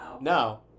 No